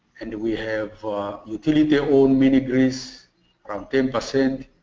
and we have utility owned mini grids from ten percent.